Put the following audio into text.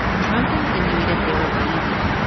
trump insinuated they were lazy.